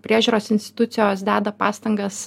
priežiūros institucijos deda pastangas